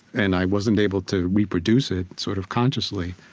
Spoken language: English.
and i wasn't able to reproduce it sort of consciously,